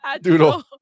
Doodle